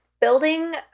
building